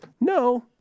No